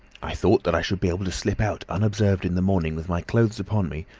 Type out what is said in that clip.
i thought that i should be able to slip out unobserved in the morning with my clothes upon me,